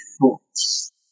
thoughts